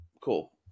cool